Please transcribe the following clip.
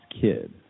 kid